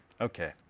okay